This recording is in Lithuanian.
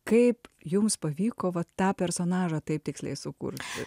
kaip jums pavyko tą personažą taip tiksliai sukurti